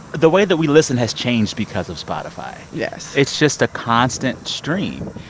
the way that we listen has changed because of spotify yes it's just a constant stream.